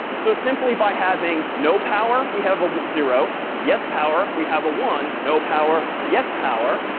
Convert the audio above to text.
so simply by having no power, we have a zero, yes power, we have a one no power, yes power.